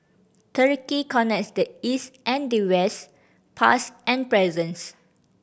Turkey connects the East and the West past and presents